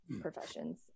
professions